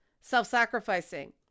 self-sacrificing